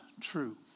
true